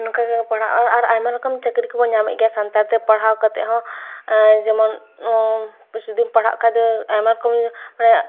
ᱱᱚᱝᱠᱟᱜᱮ ᱯᱟᱲᱦᱟᱜ ᱟᱨ ᱟᱭᱢᱟ ᱨᱚᱠᱚᱢ ᱪᱟᱹᱠᱨᱤ ᱠᱚᱠᱚ ᱧᱟᱢᱮᱫ ᱜᱮᱭᱟ ᱥᱟᱱᱛᱟᱲ ᱛᱮ ᱯᱟᱲᱦᱟᱣ ᱠᱟᱛᱮ ᱦᱚᱸ ᱡᱮᱢᱚᱱ ᱡᱩᱫᱤᱢ ᱯᱟᱲᱦᱟᱜ ᱠᱷᱟᱡ ᱫᱚ ᱟᱭᱢᱟ ᱨᱚᱠᱚᱢ ᱨᱮ